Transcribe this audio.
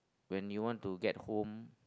when you want to get home